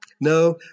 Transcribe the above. No